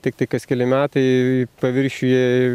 tiktai kas keli metai paviršiuje